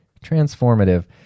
transformative